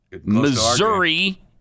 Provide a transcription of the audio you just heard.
Missouri